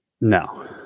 No